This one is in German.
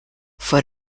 vor